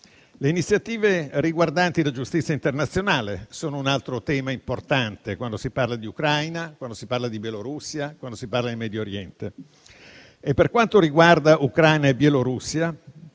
Le iniziative riguardanti la giustizia internazionale sono un altro tema importante quando si parla di Ucraina, Bielorussia e Medio Oriente. Per quanto riguarda Ucraina e Bielorussia,